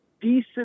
decent